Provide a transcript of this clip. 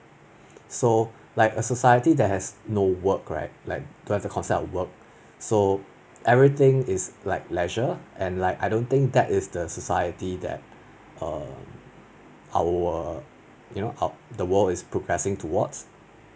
so like a society that has no work right like to have the concept of work so everything is like leisure and like I don't think that is the society that um our you know our the world is progressing towards